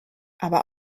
aber